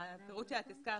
הפירוט שאת הזכרת,